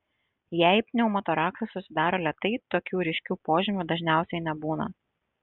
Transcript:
jei pneumotoraksas susidaro lėtai tokių ryškių požymių dažniausiai nebūna